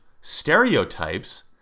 stereotypes